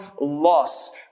loss